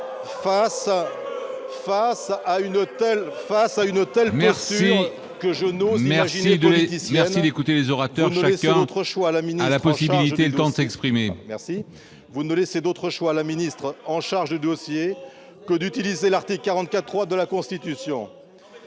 Face à une telle posture, que je n'ose imaginer politicienne, vous ne laissez d'autre choix à la ministre en charge du dossier que d'utiliser l'article 44, alinéa 3, de la Constitution